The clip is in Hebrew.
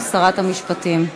שרת המשפטים.